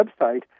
website